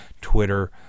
Twitter